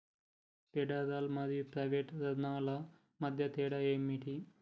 Federal మరియు private రుణాల మధ్య తేడా ఏమిటి?